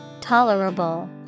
Tolerable